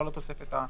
לא לתוספת השישית.